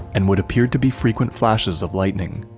and what appeared to be frequent flashes of lightning.